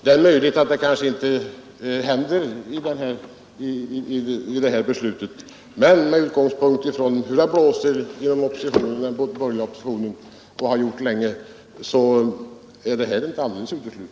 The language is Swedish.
Det är möjligt att vi inte får ett sådant beslut, men med hänsyn till hur det blåser inom den borgerliga oppositionen kan man vänta sig vad som helst.